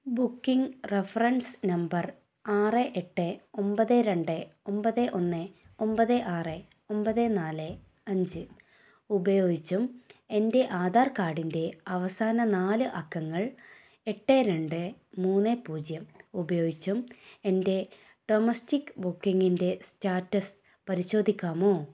booking reference number ആറ് എട്ട് ഒമ്പത് രണ്ട് ഒമ്പത് ഒന്ന് ഒമ്പത് ആറ് ഒമ്പത് നാല് അഞ്ച് ഉപയോഗിച്ചും എൻ്റെ ആധാർ കാർഡിൻ്റെ അവസാന നാല് അക്കങ്ങൾ എട്ട് രണ്ട് മൂന്ന് പൂജ്യം ഉപയോഗിച്ചും എൻ്റെ ഡൊമെസ്റ്റിക് ബുക്കിങ്ങിൻ്റെ സ്റ്റാറ്റസ് പരിശോധിക്കാമോ